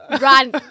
run